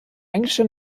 englische